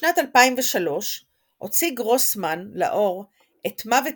בשנת 2003 הוציא גרוסמן לאור את "מוות